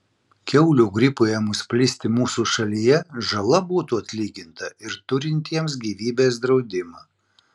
kiaulių gripui ėmus plisti mūsų šalyje žala būtų atlyginta ir turintiems gyvybės draudimą